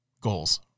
goals